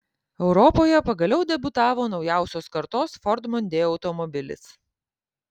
europoje pagaliau debiutavo naujausios kartos ford mondeo automobilis